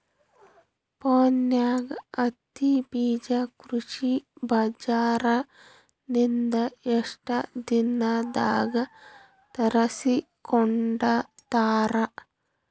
ಫೋನ್ಯಾಗ ಹತ್ತಿ ಬೀಜಾ ಕೃಷಿ ಬಜಾರ ನಿಂದ ಎಷ್ಟ ದಿನದಾಗ ತರಸಿಕೋಡತಾರ?